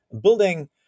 Building